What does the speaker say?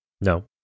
No